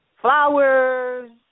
flowers